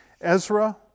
Ezra